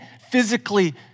physically